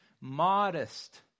modest